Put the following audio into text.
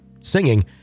singing